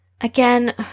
Again